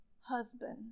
husband